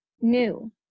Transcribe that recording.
new